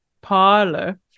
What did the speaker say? parlor